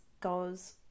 goes